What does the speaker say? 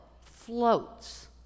floats